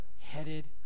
headed